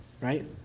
Right